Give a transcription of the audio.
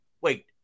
wait